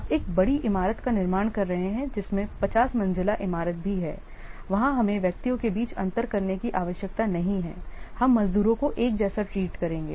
आप एक बड़ी इमारत का निर्माण कर रहे हैं जिसमें 50 मंजिला इमारत भी है वहाँ हमें व्यक्तियों के बीच अंतर करने की आवश्यकता नहीं है हम मजदूरों को एक जैसा ट्रीट करेंगे